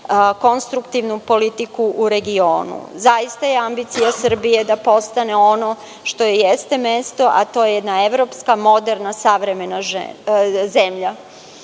konstruktivnu politiku u regionu. Zaista je ambicija Srbije da postane ono što jeste mesto, a to je jedna evropska moderna savremena zemlja. Cilj